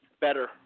better